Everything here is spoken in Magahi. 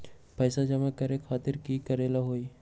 पैसा जमा करे खातीर की करेला होई?